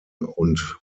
und